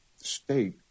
state